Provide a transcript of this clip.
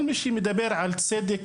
כל מי שמדבר על צדק,